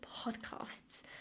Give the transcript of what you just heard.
podcasts